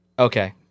Okay